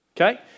Okay